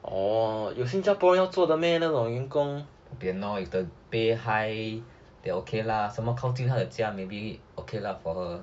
bo pian lor maybe if the pay high then they okay lah some more 靠近她的家 maybe okay lah for her